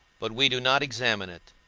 but we do not examine it